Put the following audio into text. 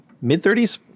mid-30s